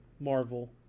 marvel